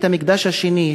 בית-המקדש השני,